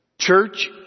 church